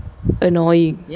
annoying